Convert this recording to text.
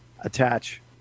attach